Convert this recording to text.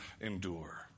endure